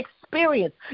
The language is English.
experience